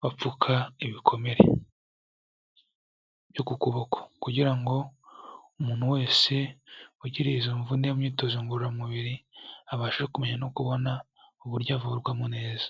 bapfuka ibikomere byo ku kuboko kugira ngo umuntu wese ugira izo mvune imyitozo ngororamubiri, abashe kumenya no kubona uburyo avurwamo neza.